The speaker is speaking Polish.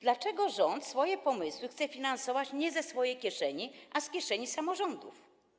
Dlaczego rząd swoje pomysły chce finansować nie ze swojej kieszeni, a z kieszeni samorządów?